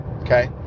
okay